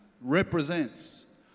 represents